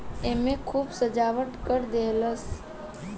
एईमे खूब सजावट कर देहलस